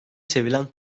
sevilen